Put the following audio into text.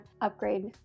upgrade